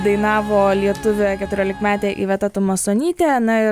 dainavo lietuvė keturiolikmetė iveta tumasonytė na ir